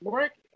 Work